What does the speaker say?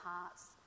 hearts